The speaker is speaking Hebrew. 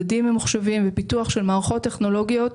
מדדים ממוחשבים ופיתוח של מערכות טכנולוגיות